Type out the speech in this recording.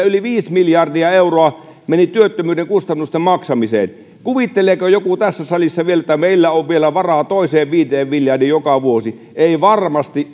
yli viisi miljardia euroa työttömyyden kustannusten maksamiseen kuvitteleeko joku tässä salissa että meillä on vielä varaa toiseen viiteen miljardiin joka vuosi ei varmasti